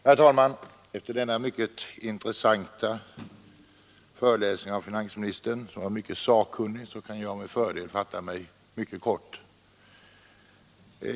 Herr talman! Efter denna mycket intressanta föreläsning av finansministern, som var mycket sakkunnig, kan jag med fördel fatta mig mycket kort.